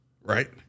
Right